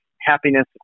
happiness